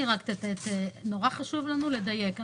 נורא חשוב לנו לדייק.